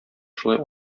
шулай